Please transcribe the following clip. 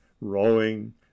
rowing